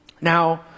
Now